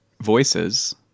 voices